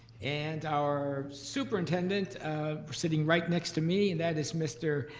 and our superintendent sitting right next to me, and that is mr.